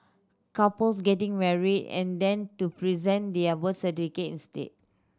couples getting married and then to present their birth certificates instead